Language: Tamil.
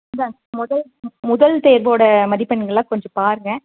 இந்தாங்க மொதோல் மு முதல் தேர்வோடய மதிப்பெண்கள்லாம் கொஞ்சம் பாருங்க